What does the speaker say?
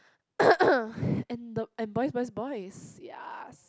and the and Boys Boys Boys yes